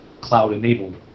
cloud-enabled